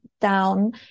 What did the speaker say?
down